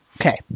Okay